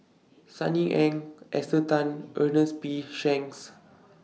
Sunny Ang Esther Tan Ernest P Shanks